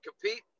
compete